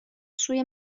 سوی